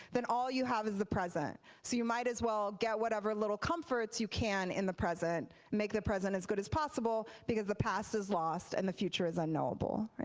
then all you have is the present. so you might as well get whatever little comforts you can in the present and make the present as good as possible because the past is lost and the future is unknowable.